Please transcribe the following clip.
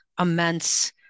immense